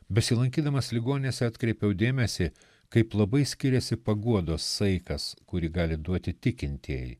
besilankydamas ligoninėse atkreipiau dėmesį kaip labai skiriasi paguodos saikas kurį gali duoti tikintieji